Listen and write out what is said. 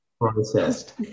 processed